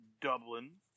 Dublin